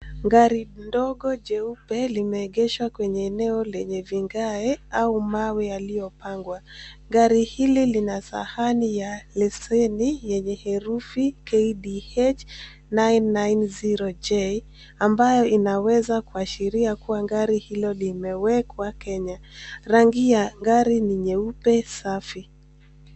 Gari ndogo jeupe limeegeshwa kwenye eneo lenye vigae au mawe yaliyopangwa. Gari hili lina sahani ya leseni yenye herufi KDH 990J , ambayo inaweza kuashiria kuwa gari hilo limewekwa Kenya. Rangi ya gari ni nyeupe safi.